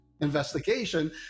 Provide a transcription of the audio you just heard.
investigation